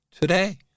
today